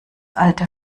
alte